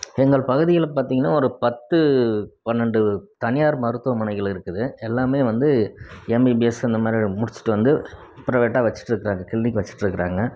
எங்கள் பகுதியில் பார்த்திங்கனா ஒரு பத்து பன்னெண்டு தனியார் மருத்துவமனைகள் இருக்குது எல்லாமே வந்து எம்பிபிஎஸ் இந்த மாதிரி முடிச்சிட்டு வந்து ப்ரைவேட்டாக வச்சுட்டுருக்குறாங்க கிளினிக் வச்சுட்டுருக்குறாங்க